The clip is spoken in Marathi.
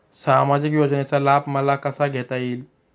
सामाजिक योजनेचा लाभ मला कसा घेता येईल?